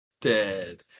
dead